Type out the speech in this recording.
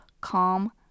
calm